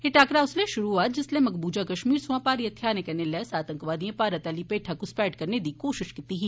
एह् टाकरा उसलै शुरू होआ हा जिसलै मकबूजा कश्मीर सेया भारी हथियारें कन्नै लैस आतंकवादिए भारत आली पैठा घुसपैठ करने दी कोशिश कीती ही